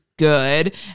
good